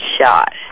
shot